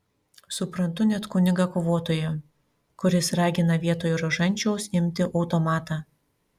suprantu net kunigą kovotoją kuris ragina vietoj rožančiaus imti automatą